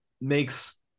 makes